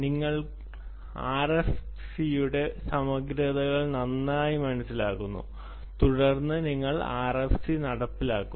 നിങ്ങൾ ആർഎഫ്സിയുടെ സമഗ്രതകൾ നന്നായി മനസിലാക്കുന്നു തുടർന്ന് നിങ്ങൾ ആർഎഫ്സി നടപ്പിലാക്കുന്നു